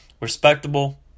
Respectable